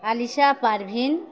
Alisha Parvin